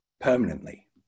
permanently